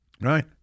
Right